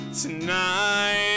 tonight